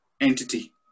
entity